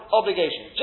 obligation